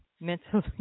mentally